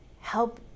help